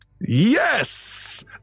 Yes